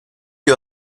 que